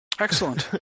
Excellent